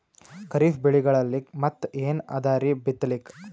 ಖರೀಫ್ ಬೆಳೆಗಳಲ್ಲಿ ಮತ್ ಏನ್ ಅದರೀ ಬಿತ್ತಲಿಕ್?